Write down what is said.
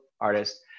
artist